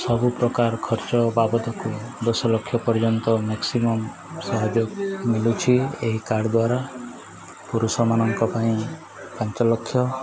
ସବୁପ୍ରକାର ଖର୍ଚ୍ଚ ବାବଦକୁ ଦଶ ଲକ୍ଷ ପର୍ଯ୍ୟନ୍ତ ମ୍ୟାକ୍ସିମମ୍ ସହଯୋଗ ମିଲୁଛି ଏହି କାର୍ଡ଼ ଦ୍ୱାରା ପୁରୁଷମାନଙ୍କ ପାଇଁ ପାଞ୍ଚ ଲକ୍ଷ